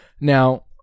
now